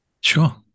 Sure